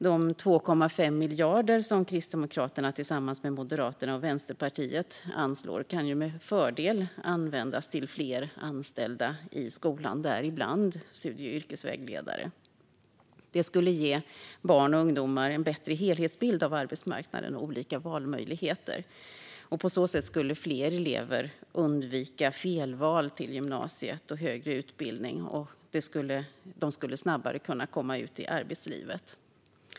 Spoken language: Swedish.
De 2,5 miljarder som Kristdemokraterna tillsammans med Moderaterna och Vänsterpartiet anslår kan med fördel användas till fler anställda i skolan, däribland studie och yrkesvägledare. Det skulle ge barn och ungdomar en bättre helhetsbild av arbetsmarknaden och olika valmöjligheter. På så sätt skulle fler elever kunna undvika felval till gymnasium och högre utbildning, och de skulle snabbare komma ut i arbetslivet.